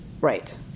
Right